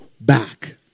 back